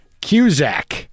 Cusack